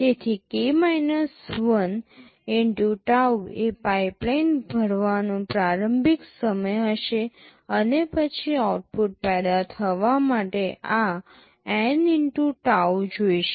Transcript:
તેથી x tau એ pipe ભરવાનો પ્રારંભિક સમય હશે અને પછી આઉટપુટ પેદા કરવા માટે આ N x tau જોઈશે